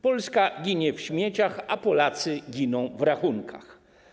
Polska ginie w śmieciach, a Polacy giną w rachunkach.